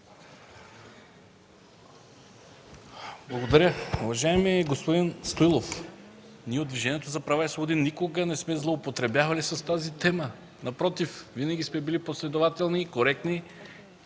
Благодаря. Уважаеми господин Стоилов, ние от Движението за права и свободи никога не сме злоупотребявали с тази тема. Напротив, винаги сме били последователни и коректни,